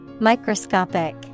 Microscopic